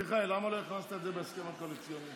מיכאל, למה לא הכנסת את זה להסכם הקואליציוני?